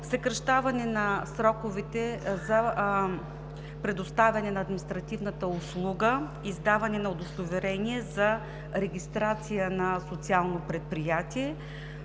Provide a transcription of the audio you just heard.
съкращаване на сроковете за предоставяне на административната услуга издаване на удостоверение за регистрация на социално предприятие,